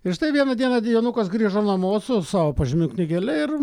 ir štai vieną dieną jonukas grįžo namo su savo pažymių knygele ir